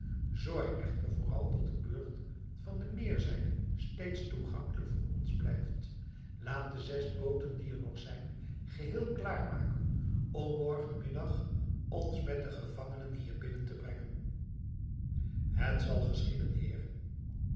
zorg echter vooral dat de burcht van de meer zijde steeds toegankelijk voor ons blijft laat de zes booten die er nog zijn geheel klaar maken om morgen middag ons met de gevangenen hier binnen te brengen het zal geschieden